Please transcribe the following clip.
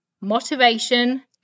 motivation